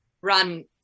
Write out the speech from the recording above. run